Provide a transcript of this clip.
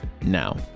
now